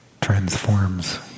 transforms